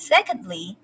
Secondly